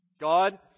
God